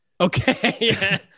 Okay